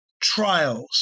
trials